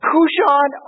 Kushan